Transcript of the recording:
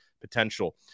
potential